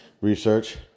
research